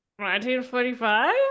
1945